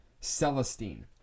Celestine